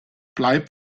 bleib